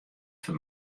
foar